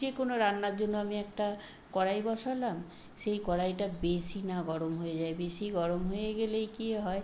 যে কোনও রান্নার জন্য আমি একটা কড়াই বসালাম সেই কড়াইটা বেশি না গরম হয়ে যায় বেশি গরম হয়ে গেলেই কী হয়